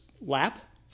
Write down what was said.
lap